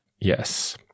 Yes